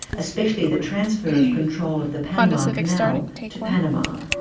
especially the transfer of control of the panama canal to panama.